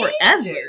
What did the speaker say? forever